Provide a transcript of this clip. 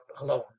alone